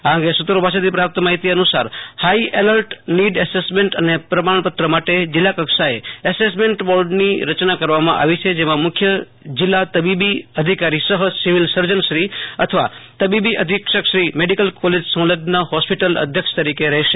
આ અંગે સુત્રો પાસેથી પ્રાપ્ત માહિતી અનુસાર હાઈ સપોર્ટ નીડ એસેસમેન્ટ અને પ્રમાણપત્ર માટે જીલ્લા કક્ષાએ એસેસમેન્ટ બોર્ડની રચના કરવામાં આવી છે જેમાં મુખ્ય જીલ્લા તબીબી અધિકારી સહ સર્જન શ્રી અથવા તબીબી અધિક્ષક શ્રી મેડીકલ કોલેજ સંલગ્ન હોસ્પિટલ અધ્યક્ષ તરીકે રહેશે